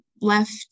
left